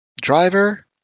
driver